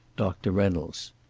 doctor reynolds.